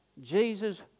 Jesus